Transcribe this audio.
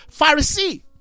Pharisee